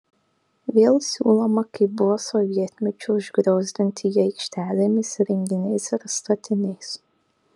vėl siūloma kaip buvo sovietmečiu užgriozdinti jį aikštelėmis įrenginiais ir statiniais